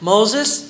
Moses